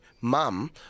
mum